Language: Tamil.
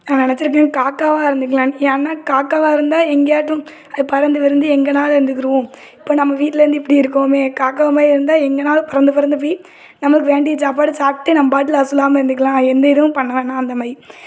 நான் நினச்சிருக்கேன் காக்காவா இருந்துருக்கலாம்னு ஏன்னால் காக்காவா இருந்தால் எங்கேயாட்டும் அது பறந்து பறந்து எங்கேனாவது இருந்துக்குருவோம் இப்போ நம்ம வீட்டிலேருந்து இப்படி இருக்கோமே காக்கா மாதிரி இருந்தால் எங்கேனாவது பறந்து பறந்து போய் நமக்கு வேண்டிய சாப்பாடை சாப்பிட்டு நம்ம பாட்டில் அசறாம இருந்துக்கலாம் எந்த இதுவும் பண்ண வேணாம் அந்த மாதிரி